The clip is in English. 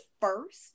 first